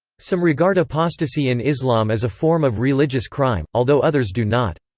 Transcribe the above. some regard apostasy in islam as a form of religious crime, although others do not.